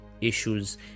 issues